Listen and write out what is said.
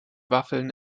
waffeln